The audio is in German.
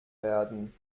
werden